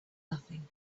nothing